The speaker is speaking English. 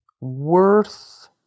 worth